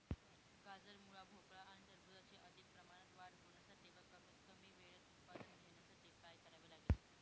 गाजर, मुळा, भोपळा आणि टरबूजाची अधिक प्रमाणात वाढ होण्यासाठी व कमीत कमी वेळेत उत्पादन घेण्यासाठी काय करावे लागेल?